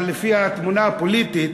אבל לפי התמונה הפוליטית,